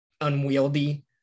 unwieldy